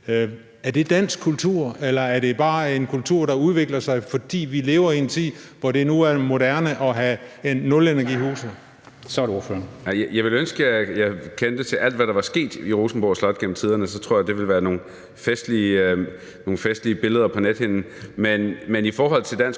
Er det dansk kultur, eller er det bare en kultur, der udvikler sig, fordi vi lever i en tid, hvor det nu er moderne at have nulenergihuse? Kl. 20:16 Formanden (Henrik Dam Kristensen): Så er det ordføreren. Kl. 20:16 Marcus Knuth (KF): Jeg ville ønske, at jeg kendte til alt, hvad der var sket i Rosenborg Slot gennem tiderne. Så tror jeg, der ville være nogle festlige billeder på nethinden. Men hvad angår dansk